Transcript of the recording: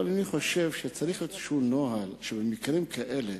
אבל אני חושב שצריך להיות איזה נוהל שבמקרים כאלה